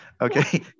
okay